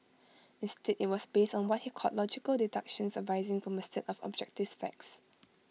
instead IT was based on what he called logical deductions arising from A set of objective facts